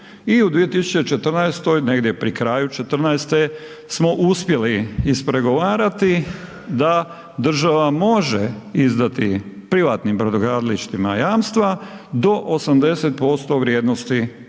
i u 2014. negdje pri kraju 2014. smo uspjeli ispregovarati da država može izdati privatnim brodogradilištima jamstva do 80% vrijednosti,